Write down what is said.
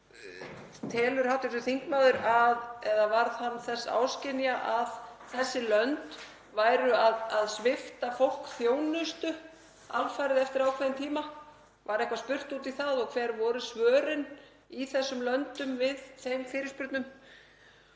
Varð hv. þingmaður þess áskynja að þessi lönd væru að svipta fólk þjónustu alfarið eftir ákveðinn tíma? Var eitthvað spurt út í það og hver voru svörin í þessum löndum við þeim fyrirspurnum?